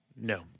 No